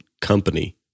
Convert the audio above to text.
company